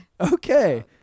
okay